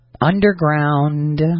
underground